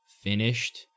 finished